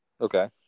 Okay